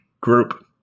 group